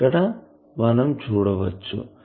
ఇక్కడ మనం చూడచ్చు